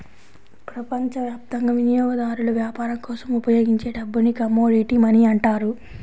ప్రపంచవ్యాప్తంగా వినియోగదారులు వ్యాపారం కోసం ఉపయోగించే డబ్బుని కమోడిటీ మనీ అంటారు